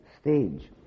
stage